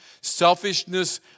selfishness